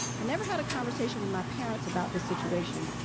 i never had a conversation with my parents about this situation.